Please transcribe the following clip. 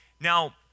Now